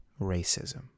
racism